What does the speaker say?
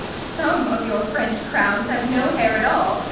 some of your french crowns have no hair at all,